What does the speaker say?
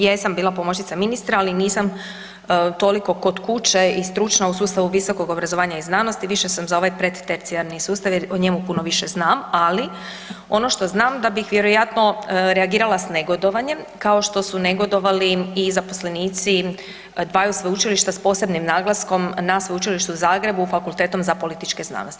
Jesam bila pomoćnica ministra, ali nisam toliko kod kuće i stručna u sustavu visokog obrazovanja i znanosti, više sam za ovaj predtercijarni sustav jer o njemu puno više znam, ali ono što znam da bih vjerojatno reagirala s negodovanjem kao što su negodovali i zaposlenici dvaju sveučilišta s posebnim naglaskom na Sveučilište u Zagrebu, Fakultetom za političke znanosti.